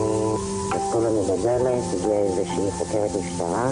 וכולנו כבר מכירים את המציאות המאוד לא פשוטה.